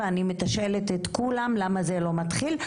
ואני מתשאלת את כולם למה זה לא מתחיל,